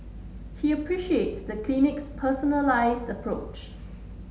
he appreciates the clinic's personalised approach